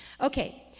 Okay